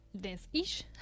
dance-ish